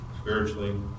spiritually